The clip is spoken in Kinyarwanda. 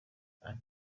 ati